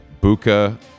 buka